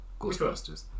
Ghostbusters